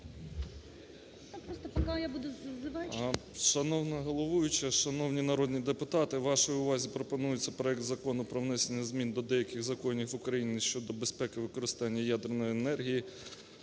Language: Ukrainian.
Шановна головуюча, шановні народні депутати! Вашій увазі пропонується проект Закону про внесення змін до деяких законів України щодо безпеки використання ядерної енергії